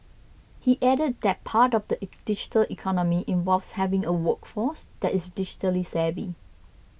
he added that part of the digital economy involves having a workforce that is digitally savvy